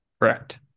Correct